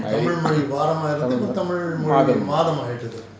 I